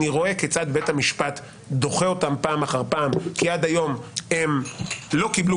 אני רואה כיצד בית המשפט דוחה אותן פעם אחר פעם כי עד היום הן לא קיבלו